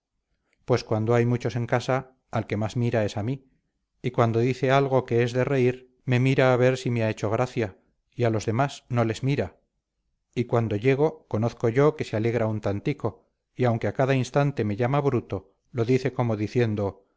pues cuando hay muchos en casa al que más mira es a mí y cuando dice algo que es de reír me mira a ver si me ha hecho gracia y a los demás no les mira y cuando llego conozco yo que se alegra un tantico y aunque a cada instante me llama bruto lo dice como diciendo